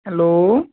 hello